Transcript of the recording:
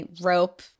Rope